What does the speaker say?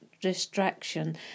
distraction